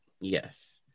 Yes